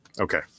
Okay